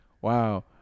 Wow